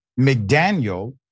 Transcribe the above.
McDaniel